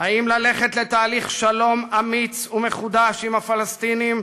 אם ללכת לתהליך שלום אמיץ ומחודש עם הפלסטינים,